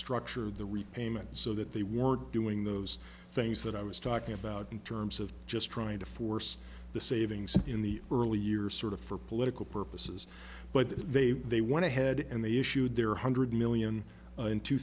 structure the repayment so that they weren't doing those things that i was talking about in terms of just trying to force the savings in the early years sort of for political purposes but they they want to head and they issued their hundred million in two